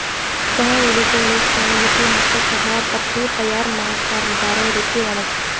ಚಹಾ ಎಲಿಗೊಳಿಗ್ ಒಣಗಿಸಿ ಮತ್ತ ಚಹಾ ಪತ್ತಿ ತೈಯಾರ್ ಮಾಡ್ತಾರ್ ಬ್ಯಾರೆ ರೀತಿ ಒಳಗ್